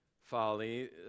folly